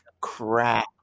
crap